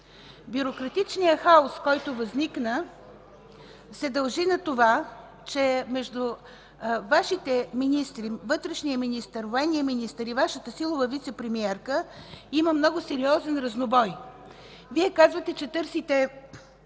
Бюрократичният хаос, който възникна, се дължи на това, че между Вашите министри – вътрешния и военния, и Вашата силова вицепремиерка има много сериозен разнобой. Вие споменахте